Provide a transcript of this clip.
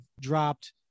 dropped